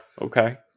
okay